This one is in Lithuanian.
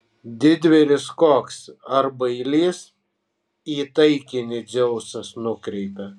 didvyris koks ar bailys į taikinį dzeusas nukreipia